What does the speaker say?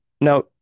Now